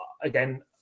again